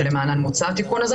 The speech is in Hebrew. שלמענן מוצע התיקון הזה,